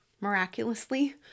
Miraculously